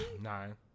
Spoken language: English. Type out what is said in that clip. Nine